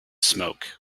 smoke